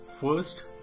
First